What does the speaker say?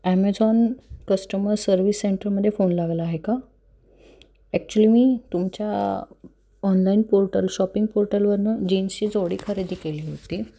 Amazon customer service सेंटरमध्ये phone लागला आहे का ॲक्च्युली मी तुमच्या ऑनलाईन पोर्टल शॉपिंग पोर्टलवरनं जीन्सची जोडी खरेदी केली होती